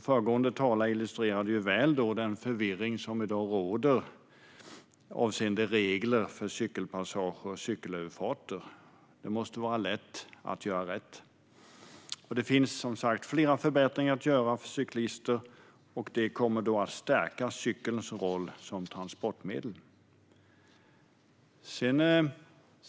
Föregående talare illustrerade väl den förvirring som i dag råder avseende regler för cykelpassager och cykelöverfarter. Det måste vara lätt att göra rätt, och det finns som sagt flera förbättringar att göra för cyklister. Det kommer att stärka cykelns roll som transportmedel.